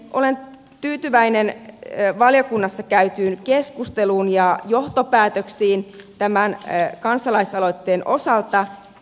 olen tyytyväinen valiokunnassa käytyyn keskusteluun ja johtopäätöksiin tämän kansalaisaloitteen osalta